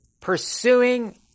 pursuing